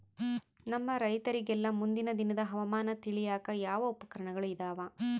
ನಮ್ಮ ರೈತರಿಗೆಲ್ಲಾ ಮುಂದಿನ ದಿನದ ಹವಾಮಾನ ತಿಳಿಯಾಕ ಯಾವ ಉಪಕರಣಗಳು ಇದಾವ?